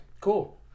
Cool